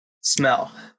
Smell